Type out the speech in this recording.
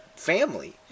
family